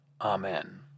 Amen